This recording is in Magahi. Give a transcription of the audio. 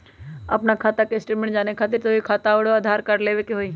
आपन खाता के स्टेटमेंट जाने खातिर तोहके खाता अऊर आधार कार्ड लबे के होइ?